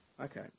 Okay